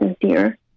sincere